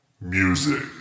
Music